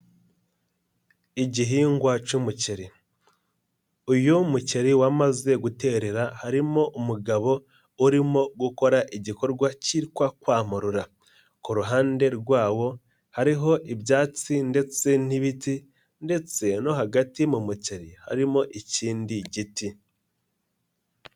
Igihingwa cy'umuceri, uyu muceri wamaze guterera harimo umugabo urimo gukora igikorwa cyitwa kwamurora, kuruhande rwawo hariho ibyatsi ndetse n'ibiti ndetse no hagati mu muceri harimo ikindi giti.